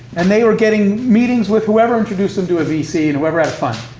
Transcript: and they were getting meetings with whoever introduced them to a vc, and whoever had fund.